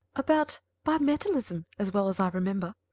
about bimetallism, as well as i remember.